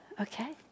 Okay